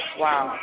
wow